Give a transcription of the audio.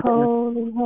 Holy